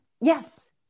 Yes